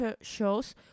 shows